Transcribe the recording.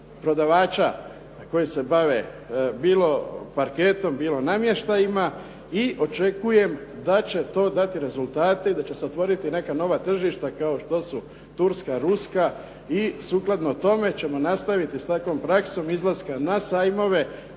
prodavača koji se bave bilo parketom, bilo namještajima i očekujem da će to dati rezultate i da će se otvoriti neka nova tržišta kao što su turska, ruska. I sukladno tome ćemo nastaviti s takvom praksom izlaska na sajmove